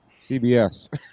CBS